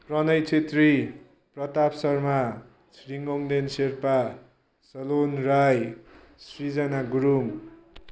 Pranay Chhetri Pratap Sharma Chhiring Ongden Sherpa Salon Rai Srijana Gurung